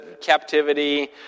captivity